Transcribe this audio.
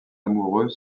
amoureux